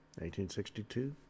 1862